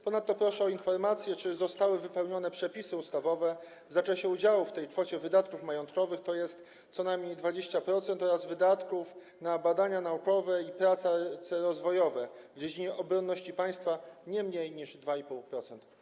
Ponadto proszę o informację, czy zostały wypełnione przepisy ustawowe w zakresie udziału w tej kwocie wydatków majątkowych, to jest co najmniej 20%, oraz wydatków na badania naukowe i prace rozwojowe w dziedzinie obronności państwa, nie mniej niż 2,5%?